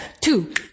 two